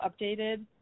updated